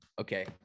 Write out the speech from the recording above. okay